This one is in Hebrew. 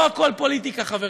לא הכול פוליטיקה, חברים.